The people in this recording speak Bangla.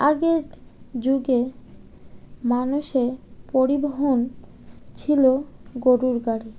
আগের যুগে মানুষের পরিবহন ছিল গরুর গাড়ি